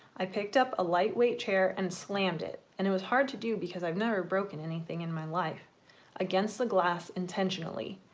i picked up a lightweight chair and slammed it and it was hard to do because i've never broken anything in my life against the glass intentionally.